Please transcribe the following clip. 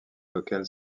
vocal